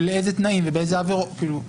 באיזה תנאים ובאיזה עבירות?